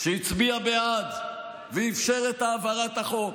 הצביע בעד ואפשר את העברת החוק.